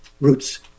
roots